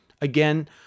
Again